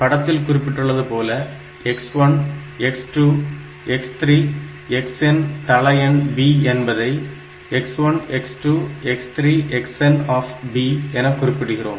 படத்தில் குறிப்பிட்டுள்ளது போல x1 x2 x3 xn தள எண் b என்பதை x1 x2 x3 xnb என குறிப்பிடுகிறோம்